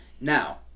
Now